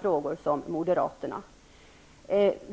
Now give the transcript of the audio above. Vi, Bengt Göransson och